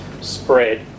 spread